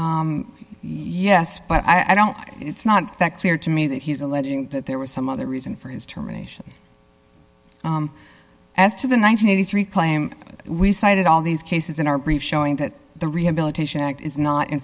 here yes but i don't it's not that clear to me that he's alleging that there was some other reason for his terminations as to the nine hundred and eighty three claim we cited all these cases in our brief showing that the rehabilitation act is not